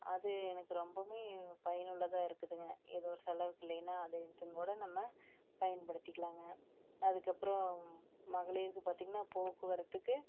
அது எனக்கு ரொம்பவும் பயனுள்ளதாக இருக்குதுங்க ஏதோ செலவுக்கு இல்லைனா அதை எடுத்தும் கூட நம்ம பயன்படுத்திக்கிலாங்க அதுக்கப்புறம் மகளிர்க்கு பார்த்திங்கன்னா போக்குவரத்துக்கு